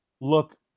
look